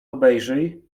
obejrzyj